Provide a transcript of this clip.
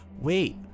Wait